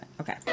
Okay